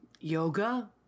Yoga